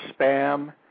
spam